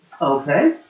Okay